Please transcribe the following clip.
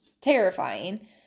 terrifying